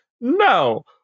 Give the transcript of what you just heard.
no